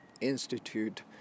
institute